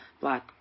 black